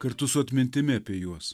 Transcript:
kartu su atmintimi apie juos